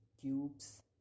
cubes